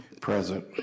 Present